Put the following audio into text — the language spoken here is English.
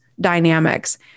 dynamics